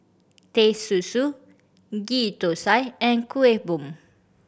Teh Susu Ghee Thosai and Kuih Bom